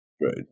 Right